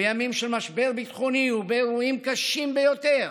בימים של משבר ביטחוני ובאירועים הקשים ביותר